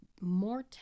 more